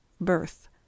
Birth